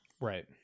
Right